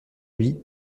lui